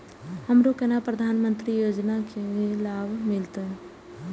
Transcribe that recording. हमरो केना प्रधानमंत्री योजना की लाभ मिलते?